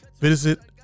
Visit